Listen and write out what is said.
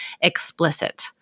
explicit